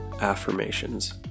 affirmations